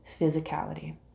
physicality